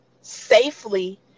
safely